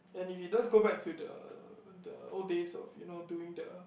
and if it does go back to the the old days of you know doing the